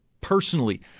personally